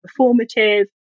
performative